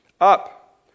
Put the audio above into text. Up